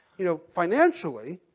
you know, financially,